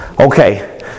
Okay